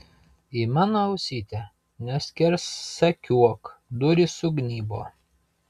į mano ausytę neskersakiuok durys sugnybo